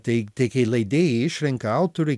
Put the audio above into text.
tai tai kai leidėjai išrenka autorių